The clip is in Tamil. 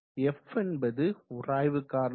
f என்பது உராய்வு காரணி